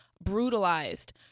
brutalized